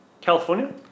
California